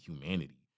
humanity